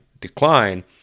decline